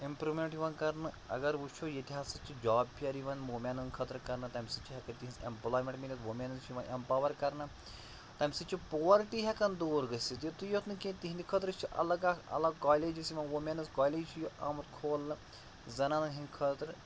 improvement یِوان کَرنہٕ اگر وُچھو ییٚتہِ ہَسا چھِ جاب فِیر یِوان وومیٚنَن خٲطرٕ کَرنہٕ تَمہِ سۭتۍ چھِ ہٮ۪کان تِہٕنٛز ایٚمپُلایمٮ۪نٛٹ میٖلِتھ وُمیٚنٕز چھِ یِوان ایٚمپاوَر کَرنہٕ تَمہِ سۭتۍ چھِ پوٗوَرٹی ہٮ۪کان دوٗر گٔژھِتھ یِتُے یوٚت نہٕ کیٚنٛہہ تِہٕنٛدِ خٲطرٕ چھِ الگ اَکھ الَگ کالیجِز یِوان ووٗمینٕز کالیج چھُ یہِ آمُت کھولنہٕ زَنانَن ہٕنٛدِ خٲطرٕ